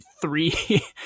three